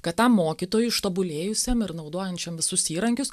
kad tam mokytojui ištobulėjusiam ir naudojančiam visus įrankius